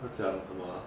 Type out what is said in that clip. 她讲什么 ah